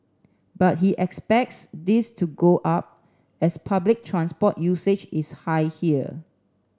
but he expects this to go up as public transport usage is high here